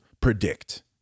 predict